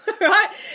right